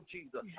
Jesus